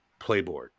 playboard